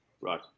Right